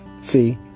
See